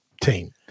team